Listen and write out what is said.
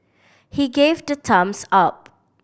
he gave the thumbs up